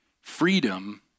freedom